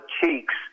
cheeks